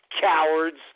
Cowards